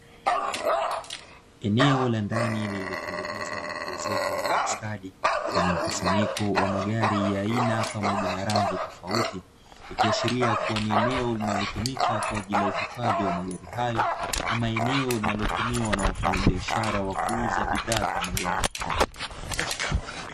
Eneo la ndani lililotengenezwa na kuezekwa kwa ustadi lenye mkusanyiko wa magari ya aina, pamoja na rangi tofauti ikiashiria kuwa ni eneo linalotumika kwa ajli ya uhifadhi wa magari hayo, ama eneo linalotumiwa na wafanyabiashara wa kuuza bidhaa za magari.